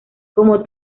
como